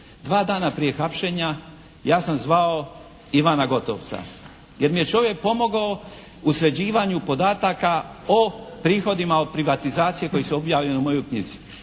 Dva dana prije hapšenja ja sam zvao Ivana Gotovca jer mi je čovjek pomogao u sređivanju podataka o prihodima o privatizaciji koji su objavljeni u mojoj knjizi.